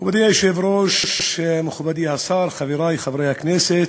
מכובדי היושב-ראש, מכובדי השר, חברי חברי הכנסת,